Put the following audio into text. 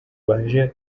baje